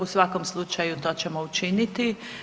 U svakom slučaju to ćemo učiniti.